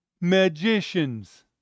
Magicians